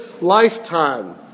lifetime